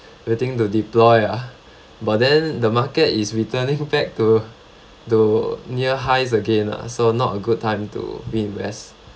waiting to deploy ah but then the market is returning back to to near highs again ah so not a good time to reinvest